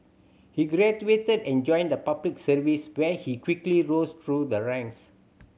he graduated and joined the Public Service where he quickly rose through the ranks